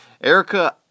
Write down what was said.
Erica